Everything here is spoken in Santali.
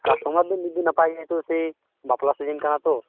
ᱠᱟᱥᱴᱚᱢᱟᱨ ᱫᱚ ᱱᱤᱛ ᱫᱚ ᱱᱟᱯᱟᱭ ᱜᱮᱭᱟ ᱠᱚ ᱥᱮᱭ ᱵᱟᱯᱞᱟ ᱥᱤᱡᱮᱱ ᱠᱟᱱᱟᱛᱚ